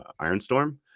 ironstorm